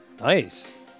Nice